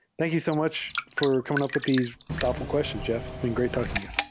thank you so much for coming up with these thoughtful questions, jeff. it's been great talking to you.